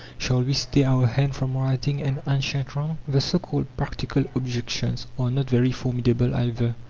shall we stay our hand from righting an ancient wrong? the so-called practical objections are not very formidable either.